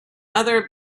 other